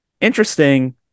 interesting